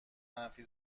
منفی